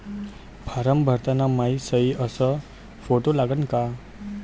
Form भरताना मायी सयी अस फोटो लागन का?